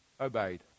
obeyed